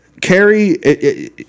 Carrie